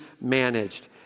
managed